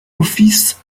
office